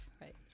right